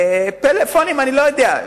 פלאפונים, אני לא יודע.